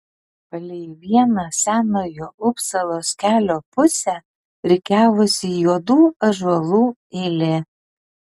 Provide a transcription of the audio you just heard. palei vieną senojo upsalos kelio pusę rikiavosi juodų ąžuolų eilė